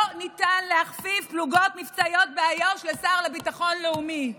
לא ניתן להכפיף פלוגות מבצעיות באיו"ש לשר לביטחון לאומי.